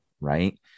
right